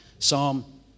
Psalm